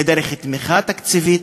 זה דרך תמיכה תקציבית,